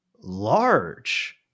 large